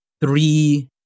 three